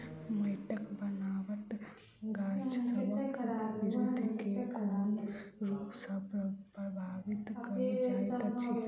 माइटक बनाबट गाछसबक बिरधि केँ कोन रूप सँ परभाबित करइत अछि?